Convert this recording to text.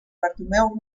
bartomeu